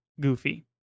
Goofy